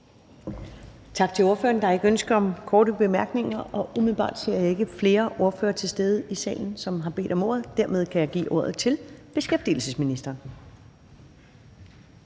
Tak til ordføreren. Der er ikke ønske om korte bemærkninger, og umiddelbart ser jeg ikke flere ordførere til stede i talen, som har bedt om ordet. Dermed kan jeg give ordet til beskæftigelsesministeren.